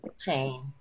chain